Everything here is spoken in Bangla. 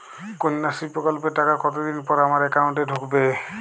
কন্যাশ্রী প্রকল্পের টাকা কতদিন পর আমার অ্যাকাউন্ট এ ঢুকবে?